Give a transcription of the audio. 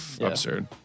Absurd